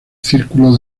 círculo